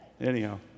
anyhow